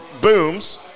booms